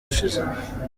ushize